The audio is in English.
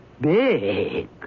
big